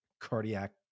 cardiac